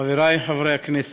חברי חברי הכנסת,